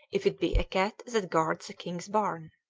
if it be a cat that guards the king's barn.